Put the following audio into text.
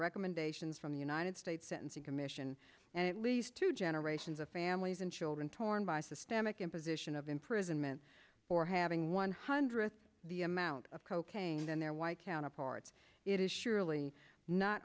recommendations from the united states sentencing commission and at least two generations of families and children torn by systemic imposition of imprisonment for having one hundred the amount of cocaine and their white counterparts it is surely not